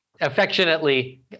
affectionately